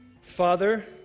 Father